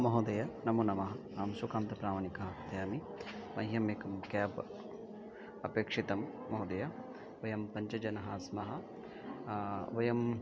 महोदय नमो नमः अहं सुखान्तप्रामाणिकः कथयामि मह्यम् एकं केब् अपेक्षितं महोदय वयं पञ्च जनाः स्मः वयं